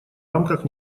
рамках